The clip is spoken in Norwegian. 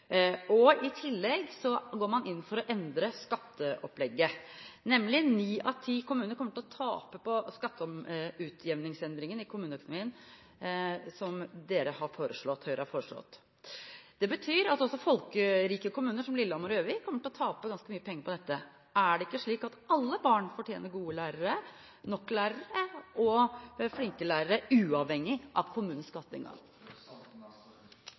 og i tillegg går man inn for å endre skatteopplegget. Ni av ti kommuner kommer til å tape på skatteutjevningsendringen i kommuneøkonomien som Høyre har foreslått. Det betyr at også folkerike kommuner, som Lillehammer og Gjøvik, kommer til å tape ganske mye penger på dette. Er det ikke slik at alle barn fortjener gode lærere, nok lærere og flinke lærere uavhengig av